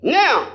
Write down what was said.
now